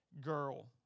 girl